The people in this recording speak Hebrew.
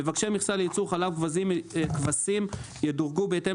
מבקשי מכסה לייצור חלב כבשים ידורגו בהתאם